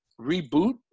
reboot